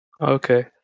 Okay